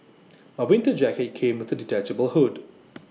my winter jacket came with A detachable hood